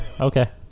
Okay